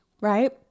Right